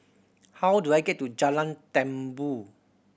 how do I get to Jalan Tambur